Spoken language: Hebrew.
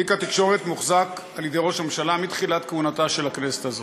תיק התקשורת מוחזק על-ידי ראש הממשלה מתחילת כהונתה של הכנסת הזאת.